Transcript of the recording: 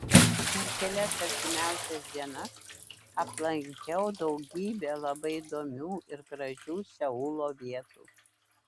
per kelias artimiausias dienas aplankiau daugybę labai įdomių ir gražių seulo vietų